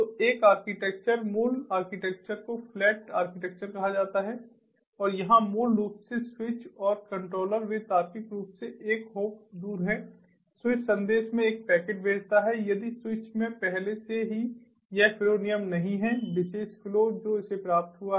तो एक आर्किटेक्चर मूल आर्किटेक्चर को फ्लैट आर्किटेक्चर कहा जाता है और यहां मूल रूप से स्विच और कंट्रोलर वे तार्किक रूप से एक हॉप दूर हैं स्विच संदेश में एक पैकेट भेजता है यदि स्विच में पहले से ही यह फ्लो नियम नहीं है विशेष फ्लो जो इसे प्राप्त हुआ है